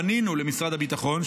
פנינו למשרד הביטחון,